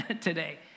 today